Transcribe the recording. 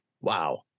Wow